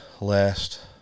last